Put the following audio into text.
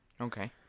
Okay